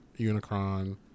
Unicron